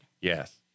Yes